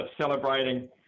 celebrating